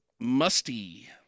musty